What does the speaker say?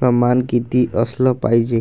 प्रमान किती असलं पायजे?